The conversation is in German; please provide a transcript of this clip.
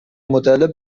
modelle